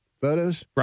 photos